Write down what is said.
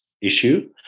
issue